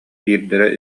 биирдэрэ